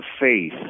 faith